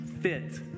fit